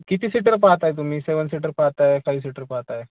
किती सीटर पाहत आहे तुम्ही सेवन सीटर पाहत आहे फाईव सीटर पाहत आहे